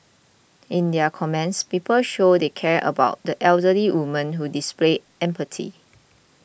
in their comments people showed they cared about the elderly woman who displayed empathy